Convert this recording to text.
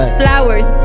flowers